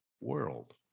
world